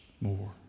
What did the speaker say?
more